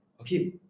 okay